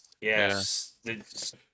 yes